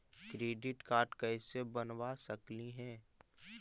Credit card कैसे बनबा सकली हे?